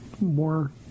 more